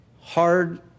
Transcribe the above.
hard